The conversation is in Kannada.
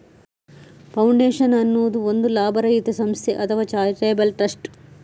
ಫೌಂಡೇಶನ್ ಅನ್ನುದು ಒಂದು ಲಾಭರಹಿತ ಸಂಸ್ಥೆ ಅಥವಾ ಚಾರಿಟೇಬಲ್ ಟ್ರಸ್ಟ್